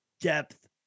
depth